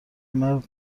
مرد